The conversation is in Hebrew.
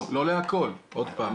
לא לכול, עוד פעם.